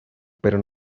pero